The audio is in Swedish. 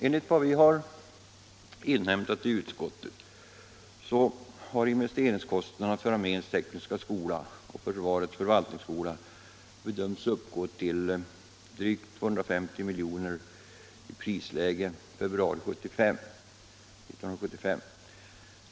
Enligt vad utskottet inhämtat har investeringskostnaderna för arméns tekniska skola och försvarets förvaltningsskola bedömts uppgå till drygt 250 milj.kr. i prisläge februari 1975.